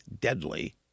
deadly